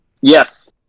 Yes